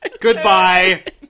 Goodbye